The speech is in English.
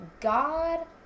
God